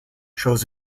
shows